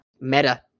Meta